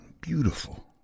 beautiful